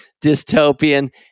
dystopian